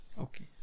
Okay